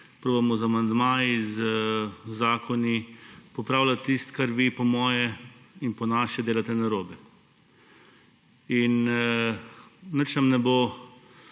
poskusimo z amandmaji, z zakoni, popravljati tisto, kar vi po moje in po naše delate narobe. Nič nam ne bo